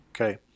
Okay